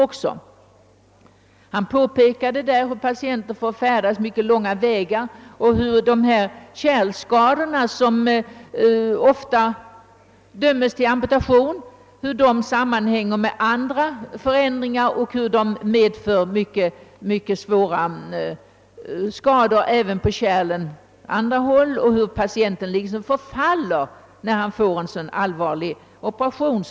Docent Ekeström har påpekat att patienter får färdas långa vägar, att dessa kärlskador, som ofta framtvingar amputationer, sammanhänger med andra förändringar och medför mycket svåra skador även på andra kärl och att patienten bryts ned efter en amputation.